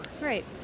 Right